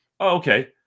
Okay